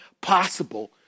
possible